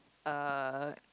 uh